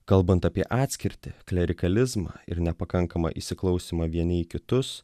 kalbant apie atskirtį klerikalizmą ir nepakankamą įsiklausymą vieni į kitus